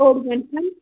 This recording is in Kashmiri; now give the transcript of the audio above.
اوٚڑ گٲنٛٹہٕ کھنٛڈ